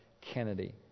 Kennedy